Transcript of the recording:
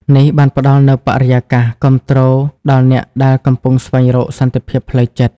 នេះបានផ្តល់នូវបរិយាកាសគាំទ្រដល់អ្នកដែលកំពុងស្វែងរកសន្តិភាពផ្លូវចិត្ត។